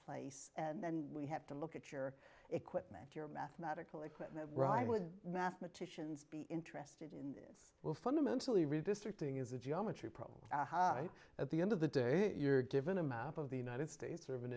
place and then we have to look at your equipment your mathematical equipment right would mathematicians be interested in this well fundamentally redistricting is a geometry problem right at the end of the day you're given a map of the united states or of an